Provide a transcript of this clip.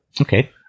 Okay